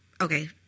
okay